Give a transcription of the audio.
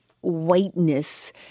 whiteness